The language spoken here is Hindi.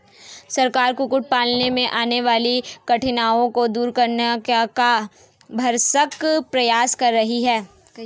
सरकार कुक्कुट पालन में आने वाली कठिनाइयों को दूर करने का भरसक प्रयास कर रही है